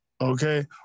Okay